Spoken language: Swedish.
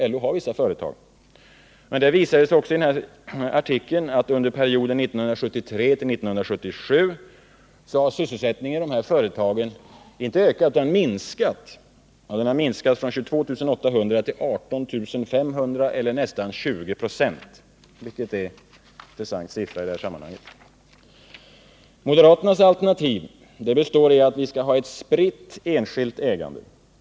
Men i den härartikeln visades också att under perioden 1973-1977 har sysselsättningen i dessa företag inte ökat utan minskat från 22 800 till 18 500 arbetstillfällen, eller nästan 20 96, vilket är en intressant siffra i detta sammanhang. Moderaternas alternativ består i att man skall ha ett spritt enskilt ägande.